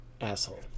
asshole